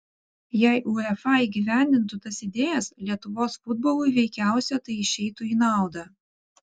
jei uefa įgyvendintų tas idėjas lietuvos futbolui veikiausia tai išeitų į naudą